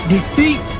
Defeat